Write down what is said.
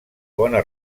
bona